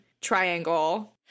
triangle